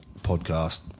podcast